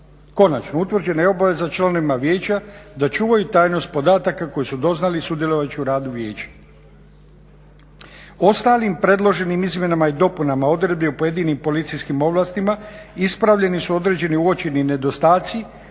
Konačno, utvrđena je obaveza članovima vijeća da čuvaju tajnost podataka koje su doznali sudjelujući u radu vijeća. Ostalim predloženim izmjenama i dopunama odredbi o pojedinim policijskim ovlastima ispravljeni su određeni uočeni nedostaci